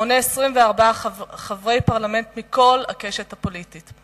המונה 24 חברי פרלמנט מכל הקשת הפוליטית,